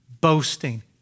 boasting